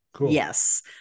Yes